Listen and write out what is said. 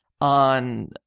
on